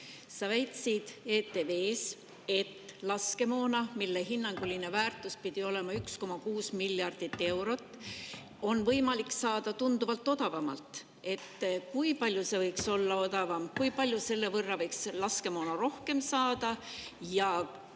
Sa väitsid ETV-s, et laskemoona, mille hinnanguline väärtus pidi olema 1,6 miljardit eurot, on võimalik saada tunduvalt odavamalt. Kui palju see võiks olla odavam ja kui palju selle võrra võiks laskemoona rohkem saada? Ja